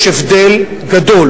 יש הבדל גדול